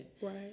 Right